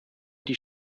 die